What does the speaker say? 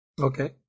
Okay